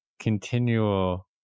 continual